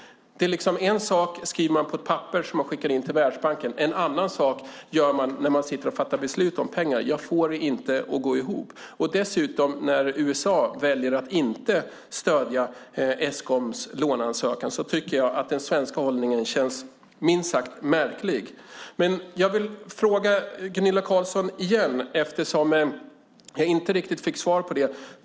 En sak skriver man på ett papper som man skickar in till Världsbanken. En annan sak gör man när man sitter och fattar beslut om pengar. Jag får inte detta att gå ihop. När dessutom USA väljer att inte stödja Eskoms låneansökan tycker jag att den svenska hållningen känns minst sagt märklig. Jag vill ställa min fråga till Gunilla Carlsson igen eftersom jag inte riktigt fick svar på den.